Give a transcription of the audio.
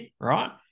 right